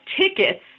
tickets